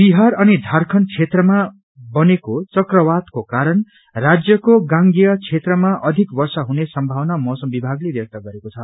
बिहार अनि झारखण्ड क्षेत्रमा बनेको चकवातको कारण राज्यको गांगेय क्षेत्रमा अधिक वर्षा हुने संभावना मौसम विभागले ब्यक्त गरेको छ